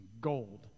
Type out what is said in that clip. gold